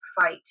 fight